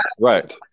right